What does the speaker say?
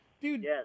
Dude